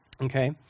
okay